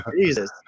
Jesus